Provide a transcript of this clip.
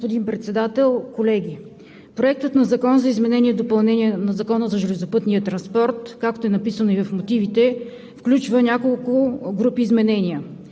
Господин Председател, колеги! Проектът на Закон за изменение и допълнение на Закона за железопътния транспорт, както е написано и в мотивите, включва няколко групи изменения.